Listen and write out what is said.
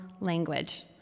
language